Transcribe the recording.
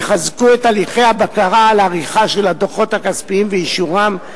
יחזקו את הליכי הבקרה על העריכה של הדוחות הכספיים ואישורם,